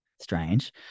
strange